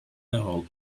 whole